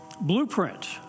blueprint